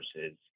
versus